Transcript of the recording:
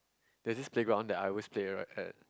there is this playground that I always play right